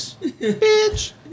Bitch